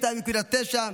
2.9,